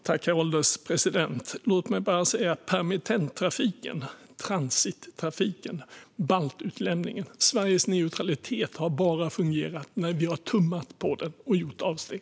Herr ålderspresident! Låt mig bara säga: permittenttrafiken, transittrafiken, baltutlämningen. Sveriges neutralitet har bara fungerat när vi har tummat på den och gjort avsteg.